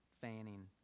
fanning